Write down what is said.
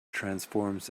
transforms